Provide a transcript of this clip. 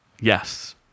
Yes